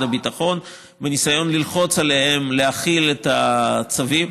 הביטחון בניסיון ללחוץ עליהם להחיל את הצווים,